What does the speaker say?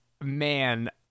man